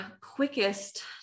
quickest